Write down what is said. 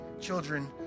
children